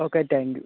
okay thank you